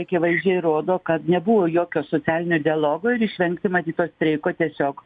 akivaizdžiai rodo kad nebuvo jokio socialinio dialogo ir išvengti matyt to streiko tiesiog